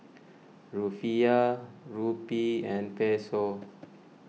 Rufiyaa Rupee and Peso